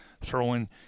throwing –